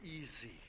easy